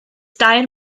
dair